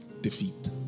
defeat